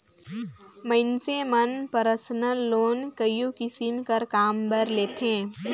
मइनसे मन personal loan कइयो किसिम कर काम बर लेथें